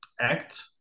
act